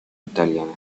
italiana